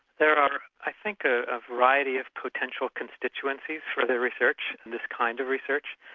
there are i think a ah variety of potential constituencies for their research, in this kind of research.